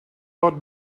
lot